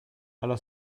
allo